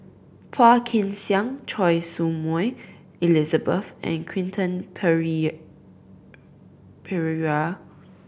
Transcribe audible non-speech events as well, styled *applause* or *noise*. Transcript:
Phua Kin Siang Choy Su Moi Elizabeth and Quentin *unintelligible* Pereira